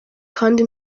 kandi